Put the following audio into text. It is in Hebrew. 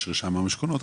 יש רשם המשכונות.